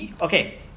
Okay